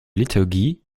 liturgie